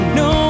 no